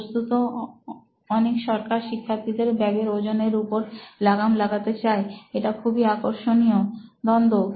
বস্তুত অনেক সরকার শিক্ষার্থীদের ব্যাগের ওজন এর উপর লাগাম লাগাতে চায় এটা খুবই আকর্ষণীয় দ্বন্দ্ব